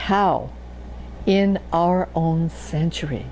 how in our own century